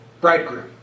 bridegroom